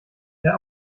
der